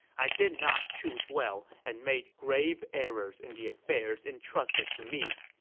i did not choose well and made grave errors in the affairs entrusted to me.